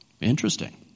Interesting